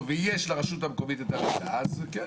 ויש לרשות המקומית את המידע אז כן.